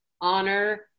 honor